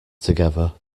together